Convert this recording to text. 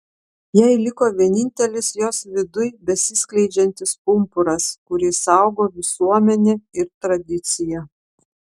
jai liko vienintelis jos viduj besiskleidžiantis pumpuras kurį saugo visuomenė ir tradicija